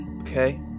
Okay